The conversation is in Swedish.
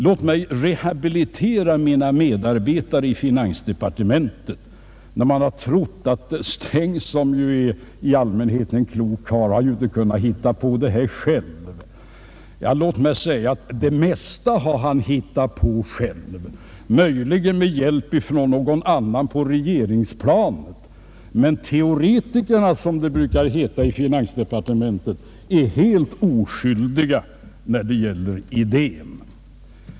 Låt mig rehabilitera mina medarbetare i finansdepartementet när man har trott att ”Sträng som i allmänhet är en klok karl inte har kunnat hitta på det här själv”. Låt mig säga: Det mesta har han hittat på själv, möjligen med hjälp från någon annan på regeringsplanet, men teoretikerna — som det brukar heta — i finansdepartementet är helt oskyldiga när det gäller idén.